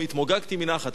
התמוגגתי מנחת.